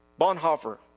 Bonhoeffer